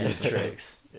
tricks